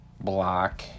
block